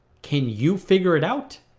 can you figure it out?